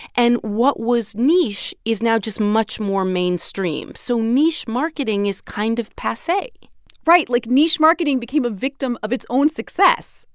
and what was niche is now just much more mainstream. so niche marketing is kind of passe right, like, niche marketing became a victim of its own success.